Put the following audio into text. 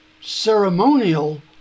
ceremonial